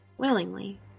Willingly